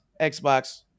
Xbox